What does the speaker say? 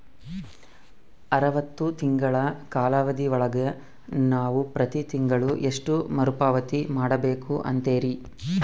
ಅರವತ್ತು ತಿಂಗಳ ಕಾಲಾವಧಿ ಒಳಗ ನಾವು ಪ್ರತಿ ತಿಂಗಳು ಎಷ್ಟು ಮರುಪಾವತಿ ಮಾಡಬೇಕು ಅಂತೇರಿ?